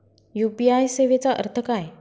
UPI सेवेचा अर्थ काय?